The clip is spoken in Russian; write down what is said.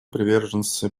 приверженцы